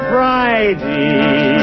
Friday